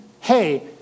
hey